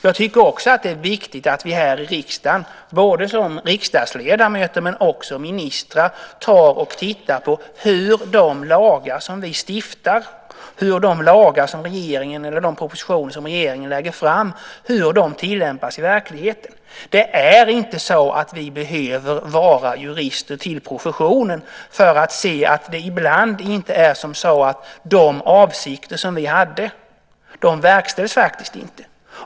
Jag tycker också att det är viktigt att vi i riksdagen, både riksdagsledamöter och också ministrar, tittar på hur de lagar som vi stiftar och de propositioner som regeringen lägger fram tillämpas i verkligheten. Vi behöver inte vara jurister till professionen för att se att de avsikter vi hade ibland inte verkställs.